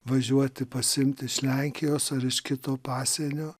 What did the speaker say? važiuoti pasiimti iš lenkijos ar kito pasienio